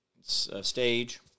stage